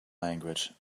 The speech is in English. language